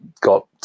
Got